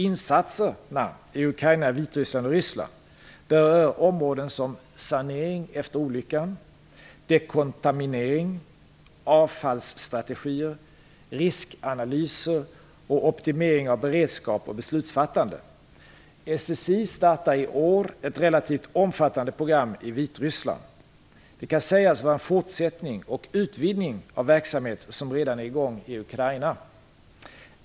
Insatserna i Ukraina, Vitryssland och Ryssland berör områden som sanering efter olyckan, dekontaminering, avfallsstrategier, riskanalyser och optimering av beredskap och beslutsfattande. SSI startar i år ett relativt omfattande program i Vitryssland. Det kan sägas vara en fortsättning och utvidgning av verksamhet som redan är i gång i Ukraina.